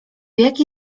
jaki